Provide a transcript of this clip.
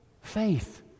faith